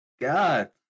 God